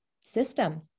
system